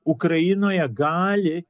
ukrainoje gali